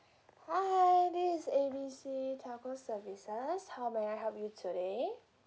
hi this is A B C telco services how may I help you today